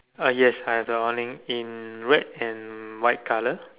uh yes I have that one in red and white colour